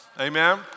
Amen